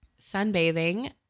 sunbathing